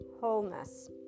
wholeness